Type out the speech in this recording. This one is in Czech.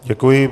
Děkuji.